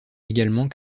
également